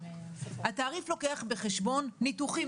התעריף לוקח בחשבון ניתוחים.